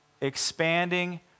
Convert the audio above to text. expanding